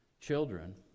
children